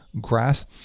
grass